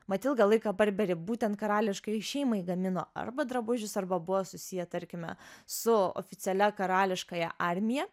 mat ilgą laiką burberry būtent karališkajai šeimai gamino arba drabužius arba buvo susiję tarkime su oficialia karališkąja armija